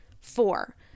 Four